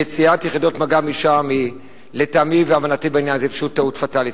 יציאת יחידות מג"ב משם היא לטעמי והבנתי בעניין הזה פשוט טעות פטאלית,